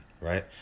right